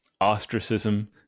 ostracism